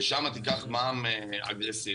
ושם תיקח מע"מ אגרסיבי.